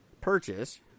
purchase